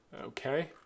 Okay